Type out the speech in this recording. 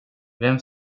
vem